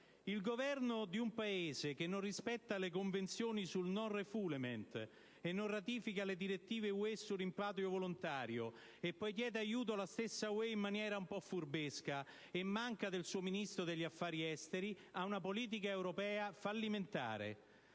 Il Governo di un Paese che non rispetta le convenzioni sul *non-refoulement* e non ratifica le direttive dell'Unione europea sul rimpatrio volontario, e poi chiede aiuto alla stessa UE in maniera un po' furbesca, e manca del suo Ministro degli affari europei ha una politica europea fallimentare.